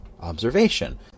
observation